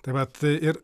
tai vat ir